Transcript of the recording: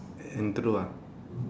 and throw ah